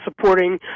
supporting